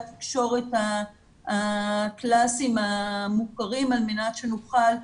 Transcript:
התקשורת הקלאסיים והמוכרים על מנת שנוכל,